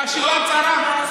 היא חשיבה צרה.